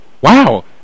Wow